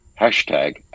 hashtag